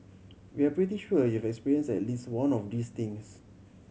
we're pretty sure you've experienced at least one of these things